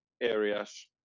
areas